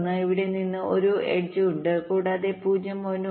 1 ഇവിടെ നിന്ന് ഒരു എഡ്ജ് ഉണ്ട് കൂടാതെ 0